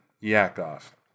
Yakov